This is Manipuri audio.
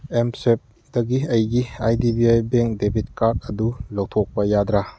ꯑꯦꯝ ꯁ꯭ꯋꯦꯞ ꯇꯒꯤ ꯑꯩꯒꯤ I D B I bank debit card ꯑꯗꯨ ꯂꯧꯊꯣꯛꯄ ꯌꯥꯗ꯭ꯔꯥ